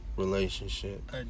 relationship